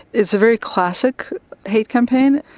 it's a very classic hate campaign.